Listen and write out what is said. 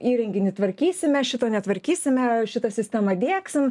įrenginį tvarkysime šito netvarkysime šitą sistemą diegsim